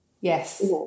Yes